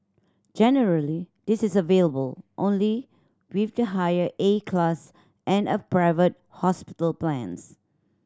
generally this is available only with the higher A class and a private hospital plans